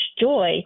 joy